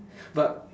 but